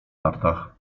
nartach